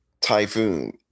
Typhoon